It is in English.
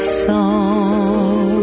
song